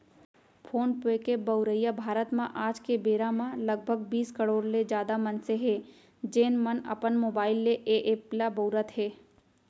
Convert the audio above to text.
phone पे के बउरइया भारत म आज के बेरा म लगभग बीस करोड़ ले जादा मनसे हें, जेन मन अपन मोबाइल ले ए एप ल बउरत हें